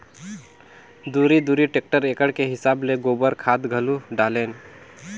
दूरी दूरी टेक्टर एकड़ के हिसाब ले गोबर खाद घलो डालेन